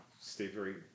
stay-very